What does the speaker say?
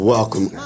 Welcome